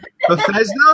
Bethesda